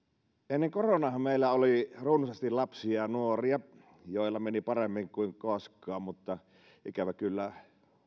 ennen koronaahan meillä oli runsaasti lapsia ja nuoria joilla meni paremmin kuin koskaan mutta ikävä kyllä